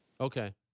okay